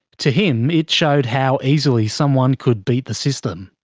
to him, it showed how easily someone could beat the system.